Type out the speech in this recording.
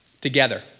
together